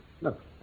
Look